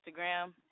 Instagram